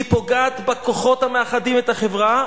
היא פוגעת בכוחות המאחדים את החברה,